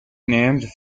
names